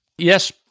Yes